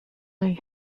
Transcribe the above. may